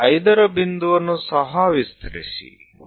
ಈ 5 ರ ಬಿಂದುವನ್ನು ಸಹ ವಿಸ್ತರಿಸಿ